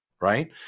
right